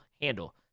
handle